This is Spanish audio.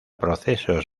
procesos